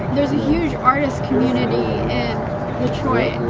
there is huge artist community in detroit